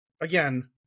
again